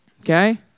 okay